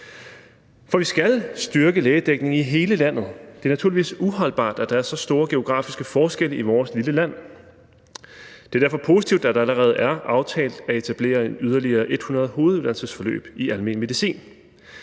For vi skal styrke lægedækningen i hele landet. Det er naturligvis uholdbart, at der er så store geografiske forskelle i vores lille land. Det er derfor positivt, at det allerede er aftalt at etablere yderligere 100 hoveduddannelsesforløb i almen medicin.